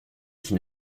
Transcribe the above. qui